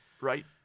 right